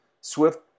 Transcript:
Swift